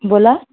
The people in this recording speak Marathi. बोला